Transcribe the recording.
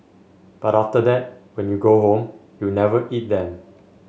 but after that when you go home you never eat them